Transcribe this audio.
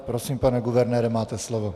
Prosím, pane guvernére, máte slovo.